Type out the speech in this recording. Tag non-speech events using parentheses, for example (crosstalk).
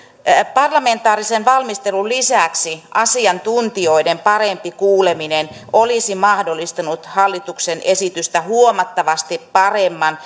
parlamentaarisen valmistelun lisäksi asiantuntijoiden parempi kuuleminen olisi mahdollistanut hallituksen esitystä huomattavasti paremman (unintelligible)